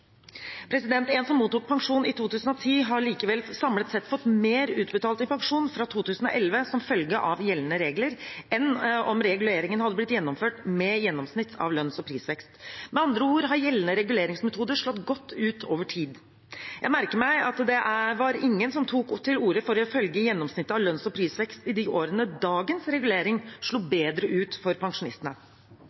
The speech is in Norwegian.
En som mottok pensjon i 2010, har likevel samlet sett fått mer utbetalt i pensjon fra 2011 som følge av gjeldende regler, enn om reguleringen hadde blitt gjennomført med gjennomsnitt av lønns- og prisvekst. Med andre ord har gjeldende reguleringsmetode slått godt ut over tid. Jeg merker meg at det var ingen som tok til orde for å følge gjennomsnittet av lønns- og prisvekst i de årene dagens regulering slo bedre ut for pensjonistene.